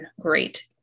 great